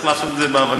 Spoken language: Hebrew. צריך לעשות את זה בהבנות.